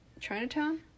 chinatown